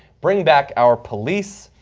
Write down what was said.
bring back our police.